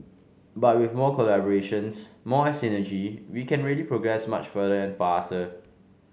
but with more collaborations more synergy we can really progress much further and faster